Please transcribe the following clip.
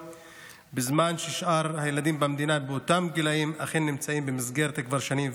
בזמן ששאר הילדים במדינה באותם גילים אכן נמצאים במסגרת כבר שנים?